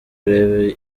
urebe